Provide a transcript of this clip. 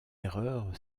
erreur